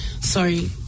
Sorry